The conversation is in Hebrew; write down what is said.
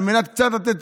על מנת לתת